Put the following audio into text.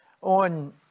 on